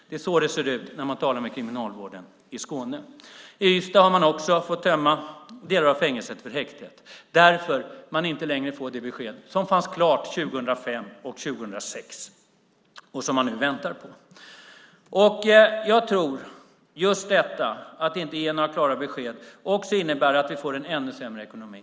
Det är så det ser ut när man talar med Kriminalvården i Skåne. I Ystad har de också fått tömma delar av fängelset för häktet. De får inte längre besked om det som fanns klart 2005 och 2006. De väntar. Att inte ge några klara besked innebär att vi får en ännu sämre ekonomi.